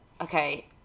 okay